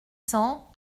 cents